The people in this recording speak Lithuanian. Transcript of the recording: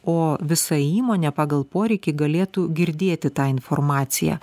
o visa įmonė pagal poreikį galėtų girdėti tą informaciją